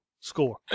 Score